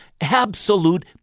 absolute